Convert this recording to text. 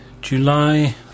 July